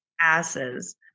Asses